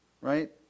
right